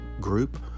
group